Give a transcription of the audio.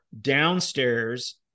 downstairs